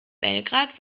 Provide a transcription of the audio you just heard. belgrad